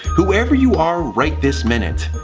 whoever you are right this minute.